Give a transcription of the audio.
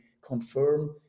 confirm